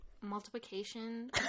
multiplication